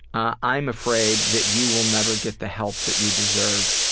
i'm afraid that you will never get the help that you deserve.